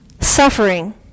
suffering